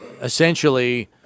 essentially